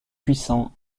puissant